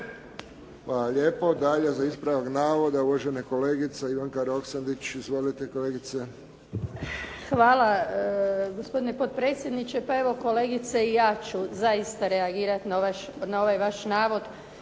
lijepo. Dalje za ispravak navoda uvažena kolegica Ivanka Roksandić. Izvolite, kolegice. **Roksandić, Ivanka (HDZ)** Hvala. Gospodine potpredsjedniče. Pa evo kolegice ja ću zaista reagirati na ovaj vaš navod